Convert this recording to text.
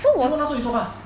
你为什么你坐 bus